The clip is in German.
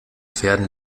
pferden